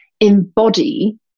embody